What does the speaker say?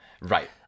Right